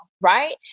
right